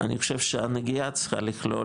אני חושב שהנגיעה צריכה לכלול,